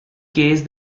case